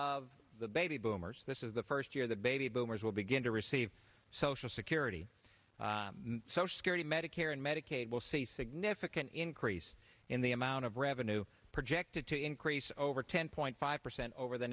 of the baby boomers this is the first year the baby boomers will begin to receive social security social security medicare and medicaid will see significant increase in the amount of revenue projected to increase over ten point five percent over the